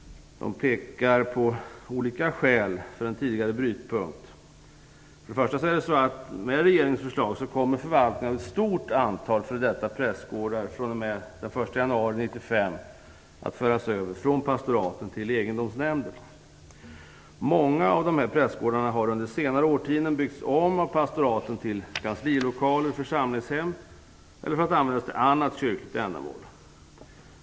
De pekar på olika skäl för en tidigare brytpunkt. Med regeringens förslag kommer förvaltningen av ett stort antal f.d. prästgårdar att fr.o.m. den 1 januari 1995 föras över från pastoraten till egendomsnämnderna. Många av dessa prästgårdar har under senare årtionden byggts om av pastoraten till kanslilokaler eller församlingshem eller för att kunna användas för annat kyrkligt ändamål.